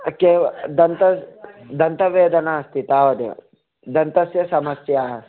दन्त दन्तवेदना अस्ति तावदेव दन्तस्य समस्याः